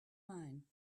mine